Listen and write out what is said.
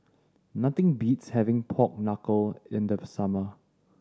nothing beats having pork knuckle in the summer